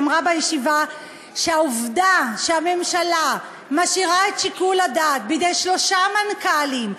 אמרה בישיבה שהעובדה שהממשלה משאירה את שיקול הדעת בידי שלושה מנכ"לים,